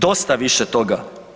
Dosta više toga.